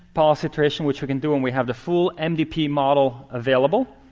policy iteration, which we can do when we have the full mdp model available.